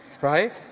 right